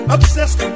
Obsessed